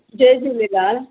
Jay Jhulelal